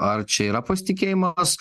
ar čia yra pasitikėjimas